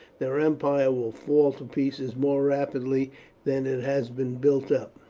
their empire will fall to pieces more rapidly than it has been built up.